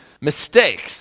mistakes